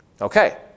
Okay